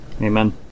Amen